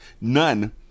none